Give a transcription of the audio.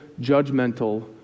judgmental